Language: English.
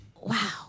Wow